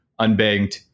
unbanked